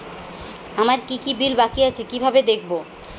আমার কি কি বিল বাকী আছে কিভাবে দেখবো?